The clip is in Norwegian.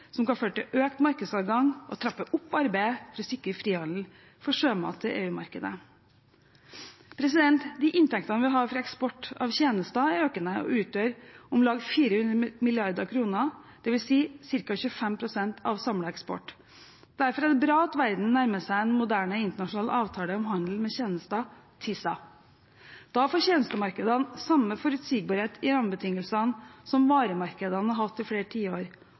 som kan føre til økt markedsadgang, og trapper opp arbeidet for å sikre frihandel for sjømat til EU-markedet. De inntektene vi har fra eksport av tjenester, er økende og utgjør om lag 400 mrd. kr, dvs. ca. 25 pst. av samlet eksport. Derfor er det bra at verden nærmer seg en moderne internasjonal avtale om handel med tjenester – TISA. Da får tjenestemarkedene samme forutsigbarhet i rammebetingelsene som varemarkedene har hatt i flere tiår,